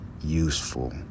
useful